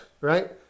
right